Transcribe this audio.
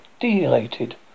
dilated